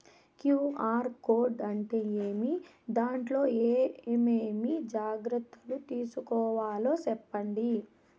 QR code అంటే ఏమి? దాంట్లో ఏ ఏమేమి జాగ్రత్తలు తీసుకోవాలో సెప్పండి?